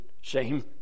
shame